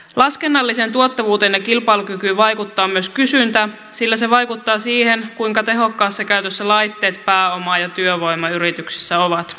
laskennalliseen tuottavuuteen ja kilpailukykyyn vaikuttaa myös kysyntä sillä se vaikuttaa siihen kuinka tehokkaassa käytössä laitteet pääoma ja työvoima yrityksissä ovat